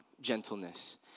gentleness